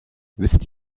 wisst